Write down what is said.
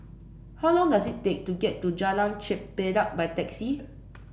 how long does it take to get to Jalan Chempedak by taxi